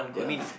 ya